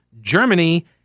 Germany